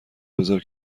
بزار